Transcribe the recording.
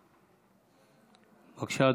בבקשה,